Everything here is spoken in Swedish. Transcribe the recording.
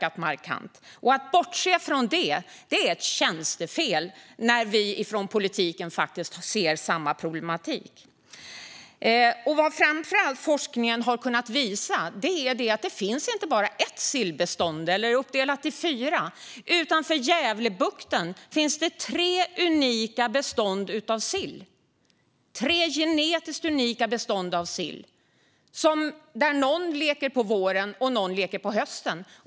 Att bortse från detta är tjänstefel när vi från politikens håll faktiskt ser samma problematik. Vad forskningen framför allt har kunnat visa är att det inte finns bara ett sillbestånd, eller ett som är uppdelat i fyra. I Gävlebukten finns tre genetiskt unika bestånd av sill, varav något leker på våren och något på hösten.